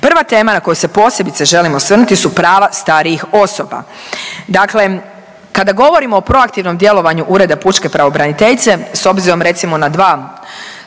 Prva tema na koju se posebice želim osvrnuti su prava starijih osoba. Dakle, kada govorimo o proaktivnom djelovanju Ureda pučke pravobraniteljice s obzirom recimo na dva